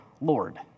Lord